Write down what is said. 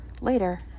later